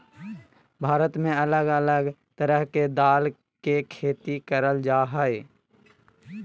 भारत में अलग अलग तरह के दाल के खेती करल जा हय